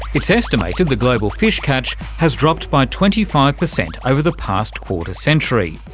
it's estimated the global fish catch has dropped by twenty five percent over the past quarter century.